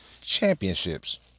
championships